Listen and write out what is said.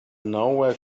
nowhere